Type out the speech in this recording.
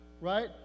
right